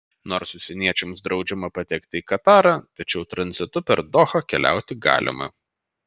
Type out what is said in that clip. nors užsieniečiams draudžiama patekti į katarą tačiau tranzitu per dohą keliauti galima